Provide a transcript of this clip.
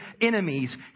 enemies